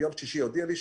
ביום שישי היא הודיעה לי,